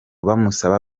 bamusaba